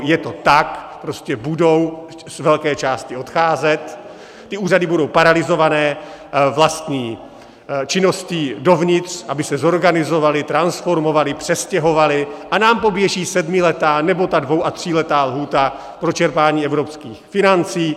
Je to tak, budou z velké části odcházet, úřady budou paralyzované vlastní činností dovnitř, aby se zorganizovaly, transformovaly, přestěhovaly, a nám poběží sedmiletá nebo ta dvou a tříletá lhůta pro čerpání evropských financí.